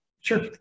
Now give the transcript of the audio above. Sure